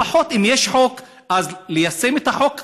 לפחות, אם יש חוק, אז ליישם את החוק.